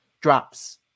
drops